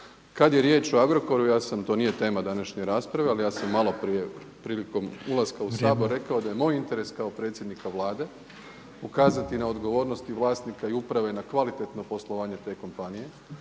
Kad je riječ o Agrokoru jasno to nije tema današnje rasprave ali ja sam malo prije prilikom ulaska u Sabor rekao da je moj interes kao predsjednika Vlade ukazati na odgovornost i vlasnika i uprave na kvalitetno poslovanje te kompanije,